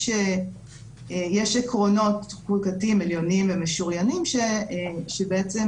יש עקרונות חוקתיים עליונים ומשוריינים שבעצם